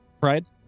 Pride